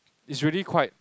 it's really quite